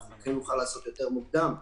שאת זה נוכל לעשות יותר מוקדם.